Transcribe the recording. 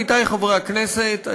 עמיתי חברי הכנסת,